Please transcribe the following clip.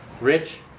Rich